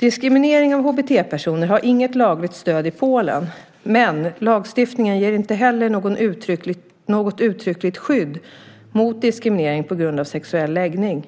Diskriminering av HBT-personer har inget lagligt stöd i Polen, men lagstiftningen ger inte heller något uttryckligt skydd mot diskriminering på grund av sexuell läggning.